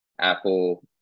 Apple